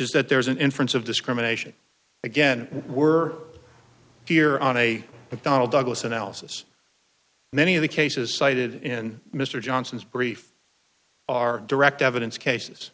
is that there is an inference of discrimination again we're here on a donald douglas analysis many of the cases cited in mr johnson's brief are direct evidence cases